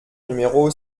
numéro